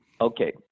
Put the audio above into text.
Okay